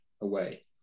away